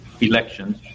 elections